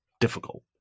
difficult